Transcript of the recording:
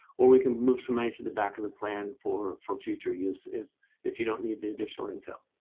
or we can move some money to the back of the plan for for future use if if you don't need the additional income.